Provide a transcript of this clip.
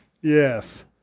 Yes